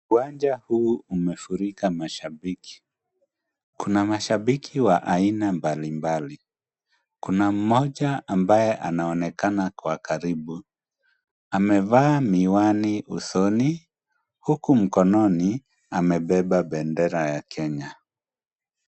Uwanja huu umefurika mashabiki. Kuna mashabiki wa aina mbalimbali, kuna mmoja ambaye anayeonekana kwa karibu amevaa miwani usoni huku mkononi amebeba bendera ya Kenya.